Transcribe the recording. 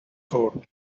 code